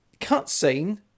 cutscene